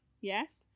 Yes